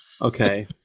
okay